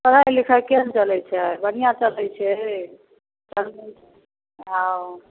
पढ़ाइ लिखाइ केहन चलै छै बढ़िआँ चलै छै चलै छै हँ